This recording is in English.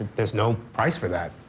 there's no price for that.